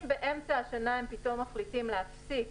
אם באמצע השנה הם מחליטים להפסיק